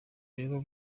rero